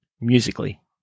Musically